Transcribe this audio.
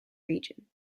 region